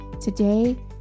today